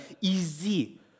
easy